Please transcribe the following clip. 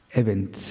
event